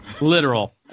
Literal